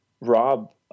Rob